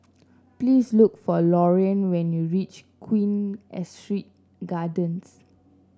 please look for Laureen when you reach Queen Astrid Gardens